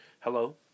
hello